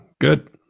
good